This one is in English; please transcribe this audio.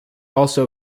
also